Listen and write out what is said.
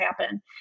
happen